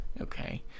Okay